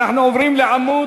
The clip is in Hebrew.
אנחנו עוברים לעמוד